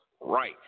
right